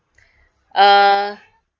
uh